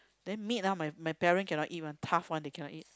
then meat ah my my parent cannot eat [one] tough [one] they cannot eat